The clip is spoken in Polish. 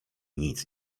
nic